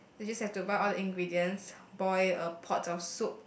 you just have to buy all the ingredients boil a pot of soup